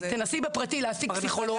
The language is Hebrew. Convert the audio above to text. תנסי בפרטי להשיג פסיכולוג.